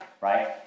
right